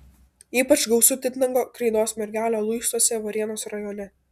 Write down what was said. ypač gausu titnago kreidos mergelio luistuose varėnos rajone